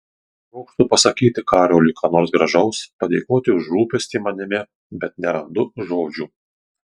trokštu pasakyti karoliui ką nors gražaus padėkoti už rūpestį manimi bet nerandu žodžių